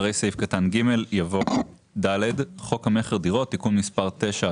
אחרי סעיף קטן (ג) יבוא: "(ד) חוק המכר (דירות) (תיקון מספר 9),